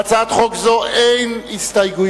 להצעת חוק זו אין הסתייגויות,